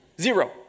Zero